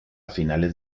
finales